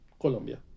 Colombia